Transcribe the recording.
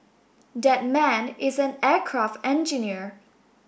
that man is an aircraft engineer